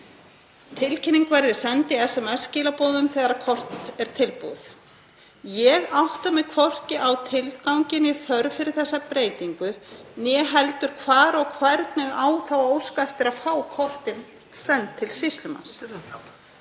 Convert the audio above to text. Tilkynning verði send í SMS-skilaboðum þegar kort er tilbúið. Ég átta mig hvorki á tilgangi né þörf fyrir þessa breytingu né heldur hvar og hvernig á þá að óska eftir að fá kortin send til sýslumanns.